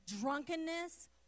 drunkenness